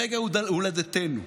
ברגע הולדתנו: